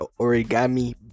origami